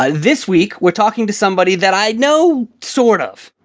ah this week, we're talking to somebody that i know, sort of,